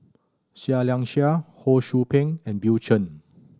Seah Liang Seah Ho Sou Ping and Bill Chen